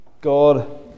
God